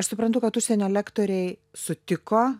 aš suprantu kad užsienio lektoriai sutiko